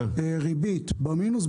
ריבית במינוס,